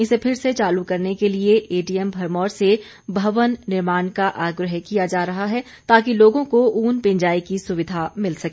इसे फिर से चालू करने के लिए एडीएम भरमौर से भवन निर्माण का आग्रह किया जा रहा है ताकि लोगों को ऊन पिंजाई की सुविधा मिल सके